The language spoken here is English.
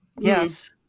Yes